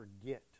forget